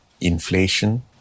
inflation